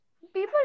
People